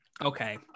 Okay